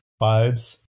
vibes